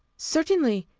certainly,